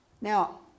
Now